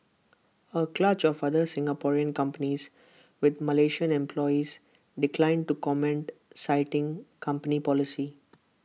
A clutch of other Singaporean companies with Malaysian employees declined to comment citing company policy